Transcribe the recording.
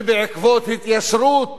ובעקבות התיישרות